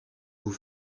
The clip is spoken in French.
vous